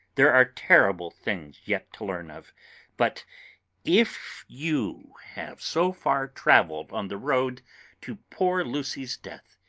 there are terrible things yet to learn of but if you have so far travelled on the road to poor lucy's death,